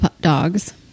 dogs